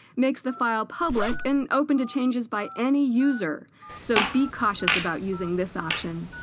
makes the file public and open to changes by any user so be cautious about using this option